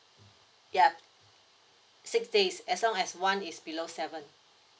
yup six days as long as one is below seven